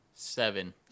Seven